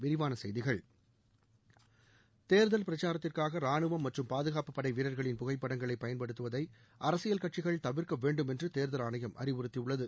விரிவான செய்திகள் தேர்தல் பிரச்சாரத்திற்காக ராணுவம் மற்றும் பாதுகாப்புப் படை வீரர்களின் புகைப்படங்களை பயன்படுத்துவதை அரசியல் கட்சிகள் தவிர்க்க வேண்டும் என்று தேர்தல் ஆணையம் அறிவுறத்தியுள்ளது